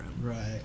Right